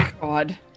God